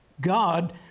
God